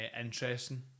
interesting